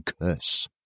curse